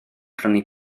brynu